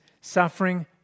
suffering